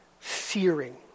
searing